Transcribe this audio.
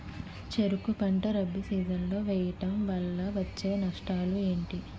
చెరుకు పంట రబీ సీజన్ లో వేయటం వల్ల వచ్చే నష్టాలు ఏంటి?